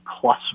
plus